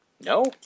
No